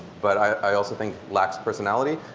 but i also think lacks personality.